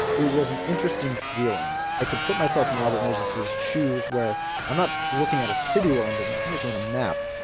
it was an interesting feeling. i could put myself in robert moses's shoes where i'm not looking at a city while i'm doing that. i'm looking at a map.